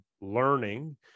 learning